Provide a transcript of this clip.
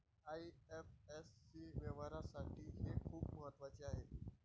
IFSC व्यवहारासाठी हे खूप महत्वाचे आहे